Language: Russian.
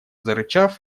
зарычав